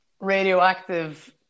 radioactive